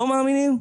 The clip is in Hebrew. לא מאמינים?